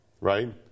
right